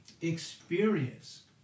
experience